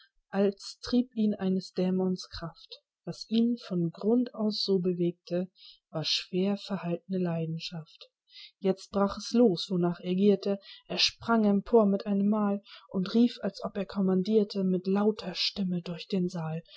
als trieb ihn eines dämons kraft was ihn von grund aus so bewegte war schwer verhaltne leidenschaft jetzt brach es los wonach er gierte er sprang empor mit einem mal und rief als ob er kommandierte mit lauter stimme durch den saal